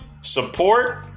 support